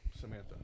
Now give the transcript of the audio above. Samantha